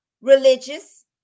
religious